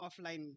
offline